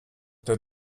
der